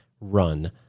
run